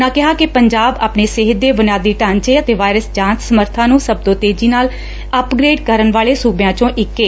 ਉਨ੍ਹਾਂ ਕਿਹਾ ਕਿ ਪੰਜਾਬ ਆਪਣੇ ਸਿਹਤ ਦੇ ਬੁਨਿਆਦੀ ਢਾਂਚੇ ਅਤੇ ਵਾਇਰਸ ਜਾਂਚ ਸਮਰੱਬਾ ਨੂੰ ਸਭ ਤੋਂ ਤੇਜ਼ੀ ਨਾਲ ਅਪਗ੍ਰੇਡ ਕਰਨ ਵਾਂਲੇ ਸੁਬਿਆਂ ਵਿਚੋਂ ਇਕ ਹੈ